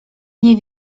nie